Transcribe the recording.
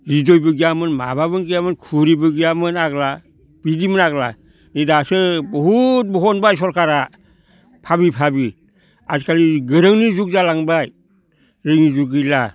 रेदिअ'बो गैयामोन माबाबो गैयामोन घरिबो गैयामोन आग्ला बिदिमोन आग्ला नै दासो बहुद बहनबाय सरखारा फारि फारि आजिखालि गोरों जुग जालांबाय रोङि जुग गैला